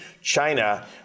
China